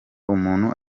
umuntu